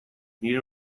nire